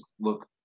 look